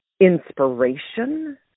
inspiration